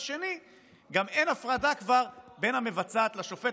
גם אין כבר הפרדה בין המבצעת לשופטת,